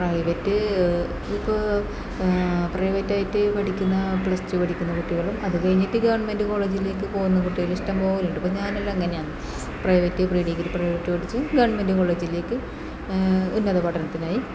private ഇത് ഇപ്പോൾ പ്രൈവറ്റായിട്ടു പഠിക്കുന്ന പ്ലസ് ടു പഠിക്കുന്ന കുട്ടികളും അത് കഴിഞ്ഞിട്ട് ഗവൺമെൻറ് കോളേജിലേക്ക് പോകുന്ന കുട്ടികൾ ഇഷ്ടം പോലെയുണ്ട് ഇപ്പോൾ ഞാൻ എല്ലാം അങ്ങനെയാന്ന് പ്രൈവറ്റിൽ പ്രീഡിഗ്രി പഠിച്ച് ഗവൺമെൻറ് കോളേജിലേക്ക് ഉന്നത പഠനത്തിനായി